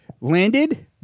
landed